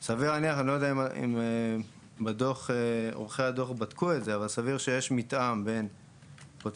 אני לא יודע אם עורכי הדוח בדקו אבל סביר שיש מתאם בין פוטנציאל